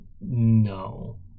No